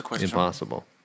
Impossible